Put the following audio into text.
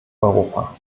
europa